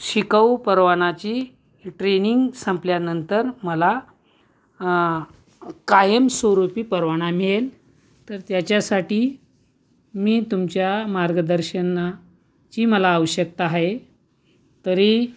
शिकावू परवानाची ट्रेनिंग संपल्यानंतर मला कायम स्वरूपी परवाना मिळेल तर त्याच्यासाठी मी तुमच्या मार्गदर्शनाची मला आवश्यकता आहे तरी